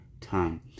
time